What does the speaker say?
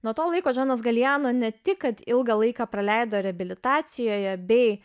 nuo to laiko džonas galijano ne tik kad ilgą laiką praleido reabilitacijoje bei